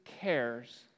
cares